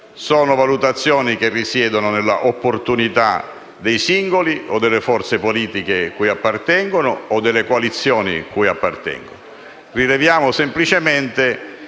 di valutazioni che risiedono nell'opportunità dei singoli o delle forze politiche o coalizioni cui appartengono. Rileviamo semplicemente